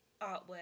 artwork